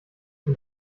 und